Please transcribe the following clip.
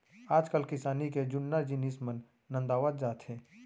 आजकाल किसानी के जुन्ना जिनिस मन नंदावत जात हें